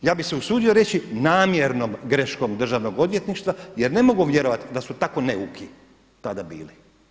Ja bih se usudio reći namjernom greškom državnog odvjetništva jer ne mogu vjerovati da su tako neuki tada bili.